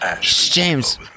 James